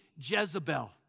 Jezebel